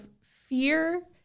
fear